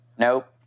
Nope